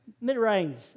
mid-range